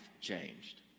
changed